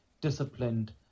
disciplined